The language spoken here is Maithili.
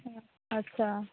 हँ अच्छा